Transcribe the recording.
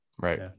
Right